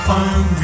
on